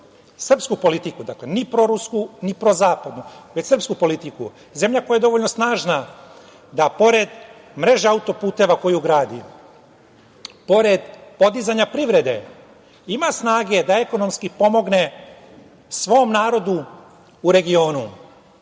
srpsku politiku. Ni prorusku, ni prozapadnu, već srpsku politiku. Zemlja koja je dovoljno snažna da, pored mreže autoputeva koju gradi, pored podizanja privrede, ima snage da ekonomski pomogne svom narodu u